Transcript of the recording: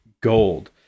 gold